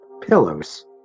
pillows